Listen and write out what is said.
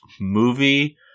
movie